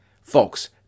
Folks